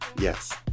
Yes